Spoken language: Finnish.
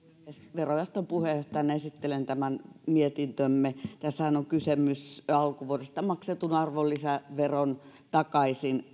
verojaoston puheenjohtajana esittelen tämän mietintömme tässähän on kysymys alkuvuodesta maksetun arvonlisäveron takaisin